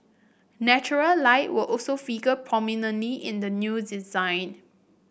natural light will also figure prominently in the new design